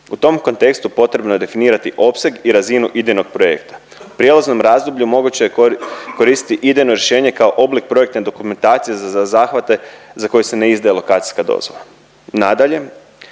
U tom kontekstu potrebno je definirati opseg i razinu idejnog projekta. U prijelaznom razdoblju moguće je koristiti idejno rješenje kao oblik projektne dokumentacije za zahvate za koje se ne izdaje lokacijska dozvola. Nadalje,